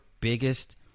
biggest